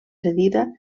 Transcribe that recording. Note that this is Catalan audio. cedida